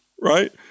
right